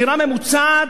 דירה ממוצעת.